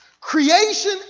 creation